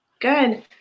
Good